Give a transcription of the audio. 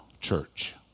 church